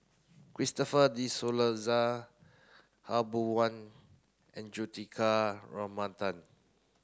Christopher De Souza Khaw Boon Wan and Juthika Ramanathan